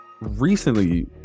Recently